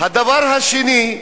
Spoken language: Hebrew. הדבר השני,